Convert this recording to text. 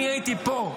אני הייתי פה,